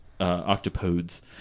octopodes